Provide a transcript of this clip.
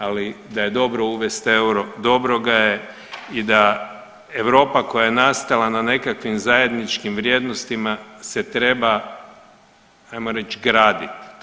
Ali da je dobro uvesti euro, dobro ga je i da Europa koja je nastala na nekakvim zajedničkim vrijednostima se treba ajmo reći graditi.